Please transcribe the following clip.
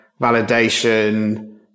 validation